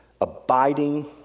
abiding